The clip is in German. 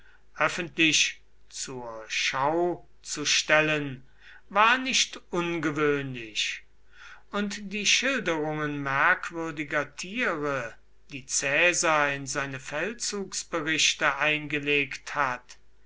öffentlich zur schau zu stellen war nicht ungewöhnlich und die schilderungen merkwürdiger tiere die caesar in seine feldzugsberichte eingelegt hat